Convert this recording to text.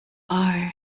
are